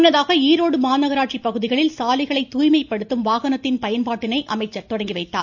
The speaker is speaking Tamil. முன்னதாக ஈரோடு மாநகராட்சி பகுதிகளில் சாலைகளை தூய்மைப்படுத்தும் வாகனத்தின் பயன்பாட்டினை அமைச்சர் தொடங்கி வைத்தார்